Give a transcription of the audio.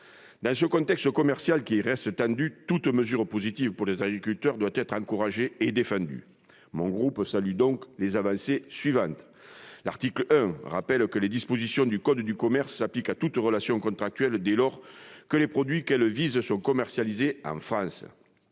Dans ce contexte commercial tendu, toute mesure positive pour les agriculteurs doit être encouragée et défendue. Mon groupe salue donc plusieurs avancées. L'article 1, tout d'abord, rappelle que les dispositions du code de commerce s'appliquent à toute relation contractuelle dès lors que les produits que celle-ci vise sont commercialisés en France.